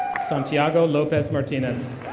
santiago lopez martinez.